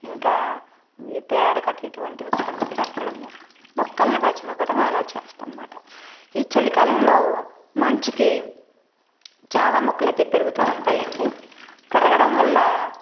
ఇంకా ఈ పేడ కట్ట ఇటువంటివి కూడా మేము పెట్టడము మొక్కల్ని పెంచడం గట్ట మేమలా చేస్తాం మాట ఈ చలి కాలంలో మంచుకి చాలా మొక్కలైతే పెరుగతా ఉంటాయండి పెరగడం వల్ల